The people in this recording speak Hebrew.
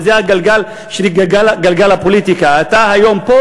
וזה גלגל הפוליטיקה: אתה היום פה,